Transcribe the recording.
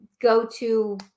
go-to